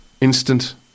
Instant